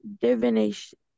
divination